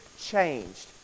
changed